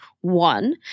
One